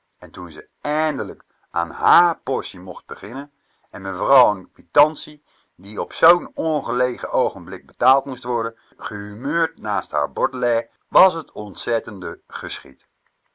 en toen ze eindelijk aan hààr portie mocht denken en mevrouw n quitantie die op zoo'n ongelegen oogenblik betaald moest worden gehumeurd naast r bord lei was t ontzettende geschied